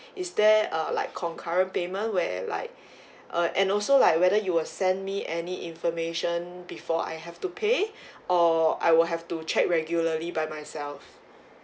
is there a like concurrent payment where like uh and also like whether you will send me any information before I have to pay or I will have to check regularly by myself